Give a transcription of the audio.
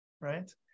right